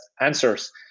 answers